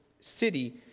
city